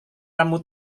kamu